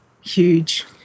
huge